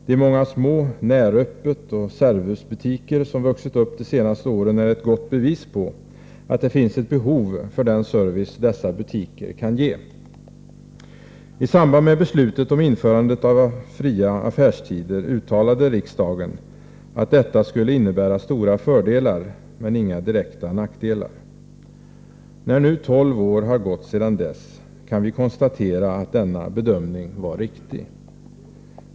De många små Näröppetoch Servusbutiker som vuxit upp under de senaste åren är ett gott bevis på att det finns ett behov av den service som dessa butiker kan ge. I samband med beslutet om införandet av fria affärstider uttalade riksdagen att detta skulle innebära stora fördelar — men inga direkta nackdelar. Nu, tolv år senare, kan vi konstatera att denna bedömning var riktig.